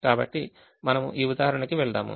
కాబట్టి మనము ఈ ఉదాహరణకి వెళ్దాము